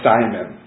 Simon